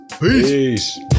Peace